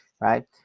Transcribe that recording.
right